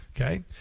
Okay